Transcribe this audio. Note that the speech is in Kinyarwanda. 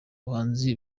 bahanzi